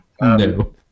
no